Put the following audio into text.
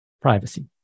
privacy